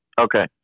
Okay